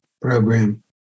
program